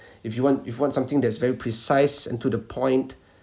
if you want if you want something that's very precise and to the point